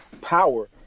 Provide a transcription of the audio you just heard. power